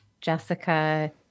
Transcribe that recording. Jessica